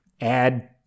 add